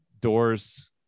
doors